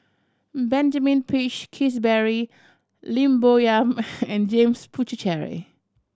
Benjamin Peach Keasberry Lim Bo Yam and James Puthucheary